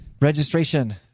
Registration